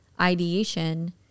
ideation